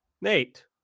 Nate